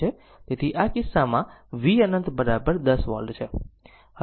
તેથી આ કિસ્સામાં આ v અનંત 10 વોલ્ટ છે